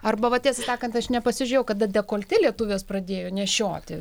arba va tiesą sakant aš nepasižiūrėjau kada dekoltė lietuvės pradėjo nešioti